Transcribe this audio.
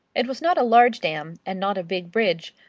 it was not a large dam, and not a big bridge,